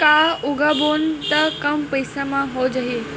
का उगाबोन त कम पईसा म हो जाही?